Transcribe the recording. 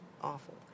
awful